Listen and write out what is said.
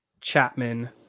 Chapman